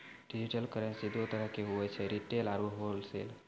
digital currency दो तरह रो हुवै छै रिटेल आरू होलसेल